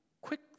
quick